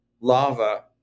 lava